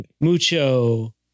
Mucho